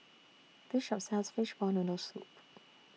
This Shop sells Fishball Noodle Soup